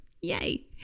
yay